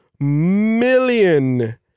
million